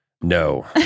No